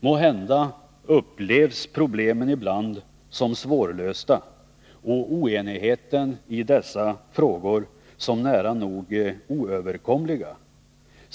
Måhända upplevs problemen ibland som svårlösta och oenigheten i dessa frågor som nära nog oöverkomlig.